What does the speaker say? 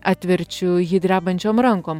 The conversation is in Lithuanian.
atverčiu jį drebančiom rankom